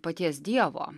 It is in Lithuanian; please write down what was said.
paties dievo